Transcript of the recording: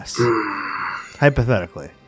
Hypothetically